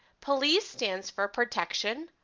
police stands for protection,